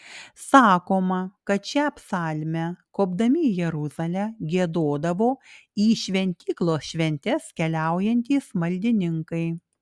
sakoma kad šią psalmę kopdami į jeruzalę giedodavo į šventyklos šventes keliaujantys maldininkai